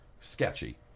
Sketchy